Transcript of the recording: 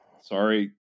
sorry